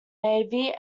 navy